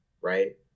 right